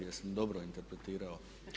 Jesam dobro interpretirao?